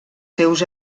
seus